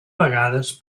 vegades